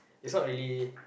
is not really